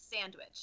sandwich